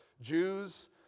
Jews